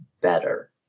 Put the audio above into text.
better